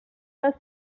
les